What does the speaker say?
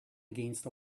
against